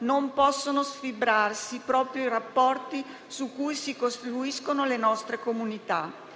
non possono sfibrarsi proprio i rapporti su cui si costruiscono le nostre comunità.